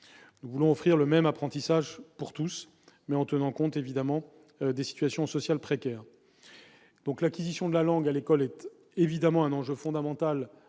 nous voulons offrir le même apprentissage pour tous, mais en tenant évidemment compte des situations sociales précaires. L'acquisition de la langue à l'école est un enjeu fondamental